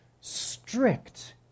strict